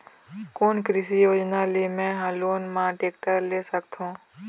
कोन कृषि योजना ले मैं हा लोन मा टेक्टर ले सकथों?